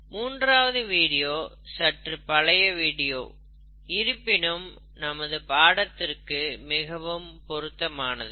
மூன்றாவது வீடியோ சற்று பழைய வீடியோ இருப்பினும் நமது பாடத்திற்கு மிகவும் பொருத்தமானதே